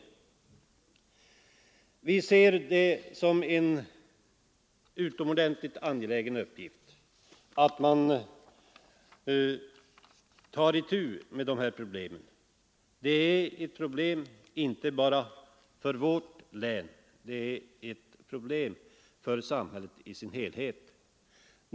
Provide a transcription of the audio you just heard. Vi ser det som en utomordentligt angelägen uppgift att man tar itu med dessa problem, som gäller inte bara vårt län utan samhället i dess helhet.